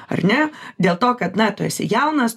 ar ne dėl to kad na tu esi jaunas